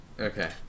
Okay